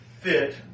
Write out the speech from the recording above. fit